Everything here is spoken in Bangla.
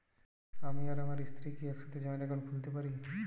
আমি আর আমার স্ত্রী কি একসাথে জয়েন্ট অ্যাকাউন্ট খুলতে পারি?